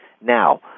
Now